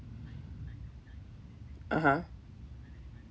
(uh huh)